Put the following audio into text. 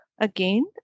Again